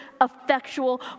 effectual